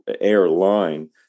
airline